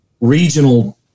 regional